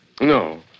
No